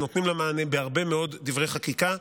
ונותנים לה מענה בהרבה מאוד דברי חקיקה.